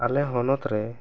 ᱟᱞᱮ ᱦᱚᱱᱚᱛ ᱨᱮ